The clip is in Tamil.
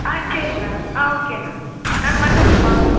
ஆ சரிங்க ஆ ஓகேண்ணா நாங்கள் வந்து உங்களை பார்க்குறோம்